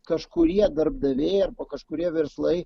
kažkurie darbdaviai arba kažkurie verslai